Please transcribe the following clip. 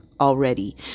already